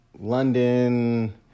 London